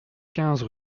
quinze